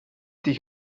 dich